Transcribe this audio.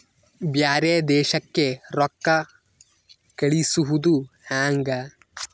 ಬ್ಯಾರೆ ದೇಶಕ್ಕೆ ರೊಕ್ಕ ಕಳಿಸುವುದು ಹ್ಯಾಂಗ?